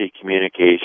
communication